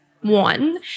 One